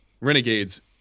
Renegades